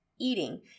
eating